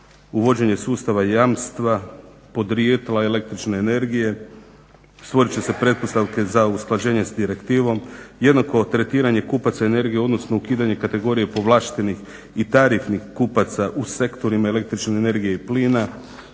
uvođenje sustava jamstva, podrijetla električne energije, stvorit će se pretpostavke za usklađenje s direktivom, jednako tretiranje kupaca energije, odnosno ukidanje kategorije povlaštenih i tarifnih kupaca u sektorima električne energije i plina.